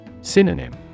Synonym